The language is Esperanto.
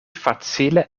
facile